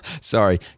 Sorry